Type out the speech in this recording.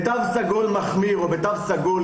בתו סגול מחמיר או בתו סגול,